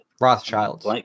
Rothschilds